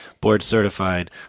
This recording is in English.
board-certified